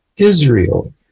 Israel